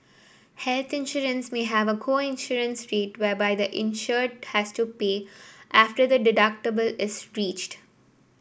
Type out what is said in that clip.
healthy insurance may have a co insurance rate whereby the insured has to pay after the deductible is reached